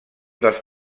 dels